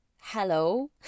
hello